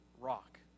rock